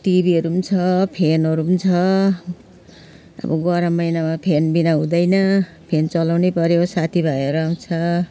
टिभीहरू छ फेनहरू पनि छ अब गरम महिनामा त फेनबिना हुँदैन फेन चलाउनै पर्यो साथी भाइहरू आउँछ